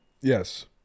Yes